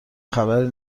خبری